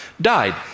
died